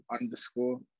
underscore